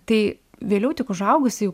tai vėliau tik užaugusi jau